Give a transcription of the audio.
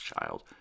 child